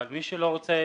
אבל מי שלא רוצה,